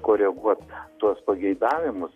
koreguot tuos pageidavimus